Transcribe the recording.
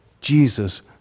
Jesus